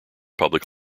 public